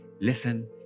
listen